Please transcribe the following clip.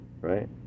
right